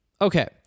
Okay